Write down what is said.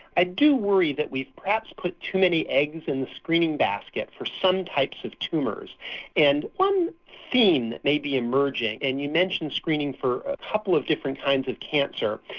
i do worry that we perhaps put too many eggs in the screening basket for some types of tumours and one theme that maybe emerging and you mentioned screening for a couple of different kinds of cancer,